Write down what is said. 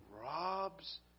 robs